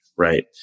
Right